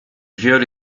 fiori